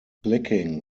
clicking